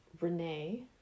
Renee